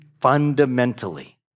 fundamentally